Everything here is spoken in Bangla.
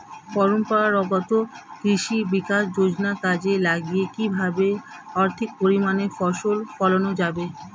পরম্পরাগত কৃষি বিকাশ যোজনা কাজে লাগিয়ে কিভাবে অধিক পরিমাণে ফসল ফলানো যাবে?